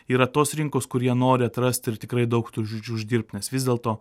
yra tos rinkos kur jie nori atrast ir tikrai daug tų žodžiu uždirbt nes vis dėlto